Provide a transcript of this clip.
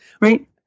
Right